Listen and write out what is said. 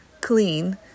clean